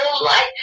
life